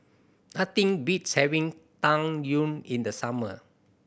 nothing beats having Tang Yuen in the summer